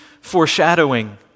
foreshadowing